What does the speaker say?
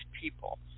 people